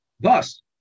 Thus